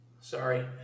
Sorry